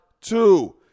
two